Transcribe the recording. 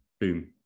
boom